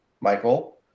Michael